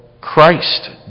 Christ